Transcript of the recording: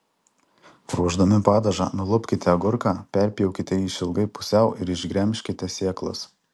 ruošdami padažą nulupkite agurką perpjaukite jį išilgai pusiau ir išgremžkite sėklas